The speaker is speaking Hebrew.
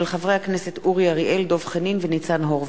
של חברי הכנסת אורי אריאל, דב חנין וניצן הורוביץ.